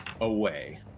away